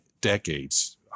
decades